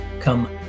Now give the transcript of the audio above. come